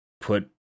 put